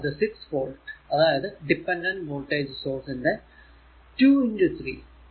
അത് 6 വോൾട് അതായതു dependent voltage source ന്റെ 2 3